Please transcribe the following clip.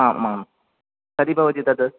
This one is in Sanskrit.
आम् आं कति भवति तत्